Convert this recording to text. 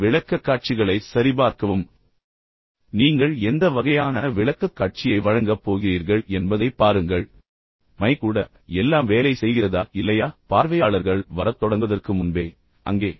விளக்கக்காட்சிகளைச் சரிபார்க்கவும் நீங்கள் எந்த வகையான விளக்கக்காட்சியை வழங்கப் போகிறீர்கள் என்பதைப் பாருங்கள் மைக் கூட எல்லாம் வேலை செய்கிறதா இல்லையா பார்வையாளர்கள் வரத் தொடங்குவதற்கு முன்பே அங்கே இருங்கள்